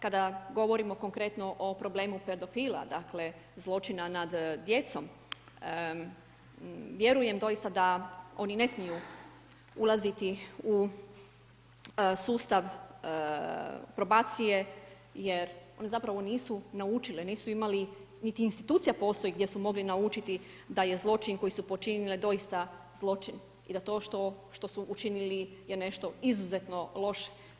Kada govorimo konkretno o problemu pedofila, dakle zločina nad djecom, vjerujem doista da oni ne smiju ulaziti u sustav probacije jer oni zapravo nisu naučile, nisu imali niti institucija postoji gdje su mogli naučiti da je zločin koji su počinile doista zločin i da to što su učinili je nešto izuzetno loše.